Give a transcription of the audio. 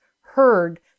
heard